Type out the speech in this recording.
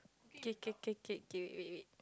K K K K K wait wait